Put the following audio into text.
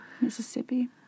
Mississippi